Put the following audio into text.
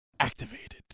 Activated